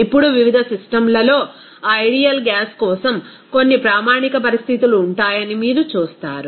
ఇప్పుడు వివిధ సిస్టమ్లలో ఆ ఐడియల్ గ్యాస్ కోసం కొన్ని ప్రామాణిక పరిస్థితులు ఉంటాయని మీరు చూస్తారు